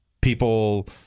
People